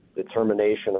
Determination